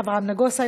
אברהם נגוסה,